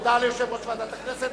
הודעה ליושב-ראש ועדת הכנסת